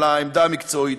על העמדה המקצועית,